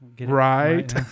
right